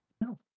No